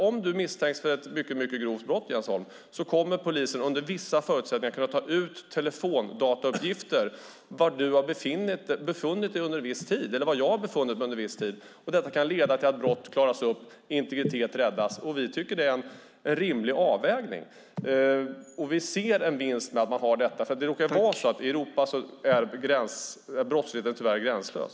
Om du misstänks för ett mycket grovt brott, Jens Holm, kommer polisen under vissa förutsättningar att kunna ta ut telefondatauppgifter om var du har befunnit dig under en viss tid, eller var jag har befunnit mig under en viss tid. Detta kan leda till att brott klaras upp och integritet räddas. Vi tycker att det är en rimlig avvägning. Vi ser en vinst med att man har detta. Det råkar vara så att i Europa är brottligheten tyvärr gränslös.